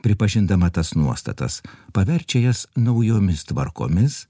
pripažindama tas nuostatas paverčia jas naujomis tvarkomis